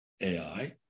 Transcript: AI